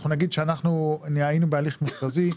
אני אגיד שהיינו בהליך מכרזי,